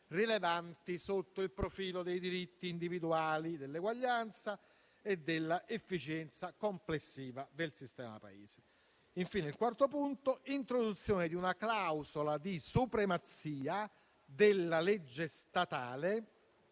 rilevanti sotto il profilo dei diritti individuali, dell'eguaglianza e dell'efficienza complessiva del sistema Paese). Infine, il quarto punto prevede l'introduzione di una clausola di supremazia della legge statale